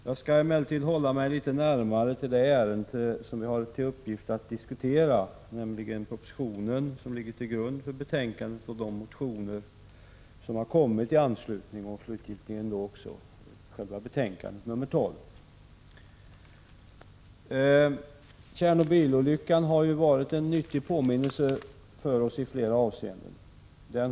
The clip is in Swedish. Jag skall emellertid hålla mig närmare det ämne som vi har till uppgift att diskutera, nämligen den proposition som ligger till grund för betänkandet, de motioner som väckts och slutligen själva betänkandet nr 12. Tjernobylolyckan har varit en nyttig påminnelse för oss i flera avseenden.